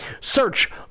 Search